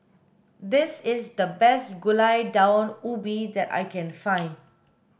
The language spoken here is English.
this is the best gulai daun ubi that I can find